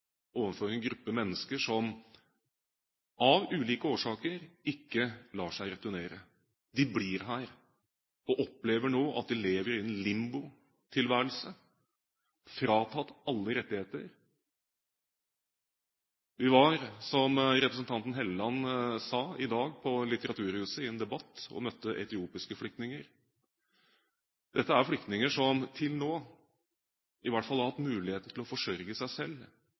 overfor en gruppe mennesker som av ulike årsaker ikke lar seg returnere. De blir her, og opplever nå at de lever i en limbotilværelse, fratatt alle rettigheter. Vi var, som representanten Helleland sa, i dag på Litteraturhuset i en debatt og møtte etiopiske flyktninger. Dette er flyktninger som til nå i hvert fall har hatt muligheten til å forsørge seg selv.